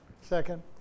Second